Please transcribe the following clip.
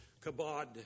Kabod